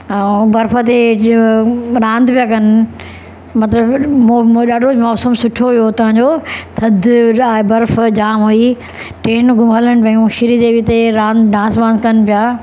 ऐं बर्फ ते जो रांदि पिया कनि मतिलबु ॾाढो मौसमु सुठो हुयो हुतां जो थदि ऐं बर्फ जाम हुइ ट्रेनू बि हलनि पियूं श्रीदेवी ते रांदि डांस ॿांस कनि पिया